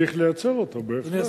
צריך לייצר אותו, בהחלט.